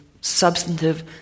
substantive